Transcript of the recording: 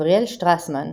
גבריאל שטרסמן,